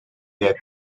that